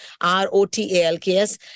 R-O-T-A-L-K-S